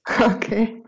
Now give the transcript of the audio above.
Okay